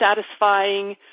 satisfying